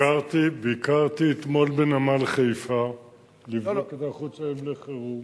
ביקרתי אתמול בנמל חיפה לבדוק את ההיערכות שלהם לחירום,